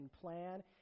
plan